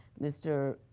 mr.